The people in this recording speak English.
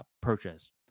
purchase